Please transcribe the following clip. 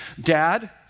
Dad